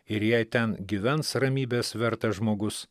ir jei ten gyvens ramybės vertas žmogus